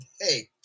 Hey